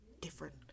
different